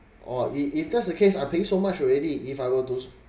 oo if if that's the case I paying so much already if I were to